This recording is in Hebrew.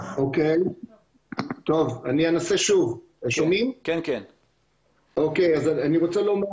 איזושהי תקלה ועל כך אנחנו מצרים אבל בוודאי שאנחנו לא מקלים